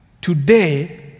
Today